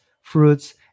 fruits